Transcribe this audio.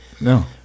no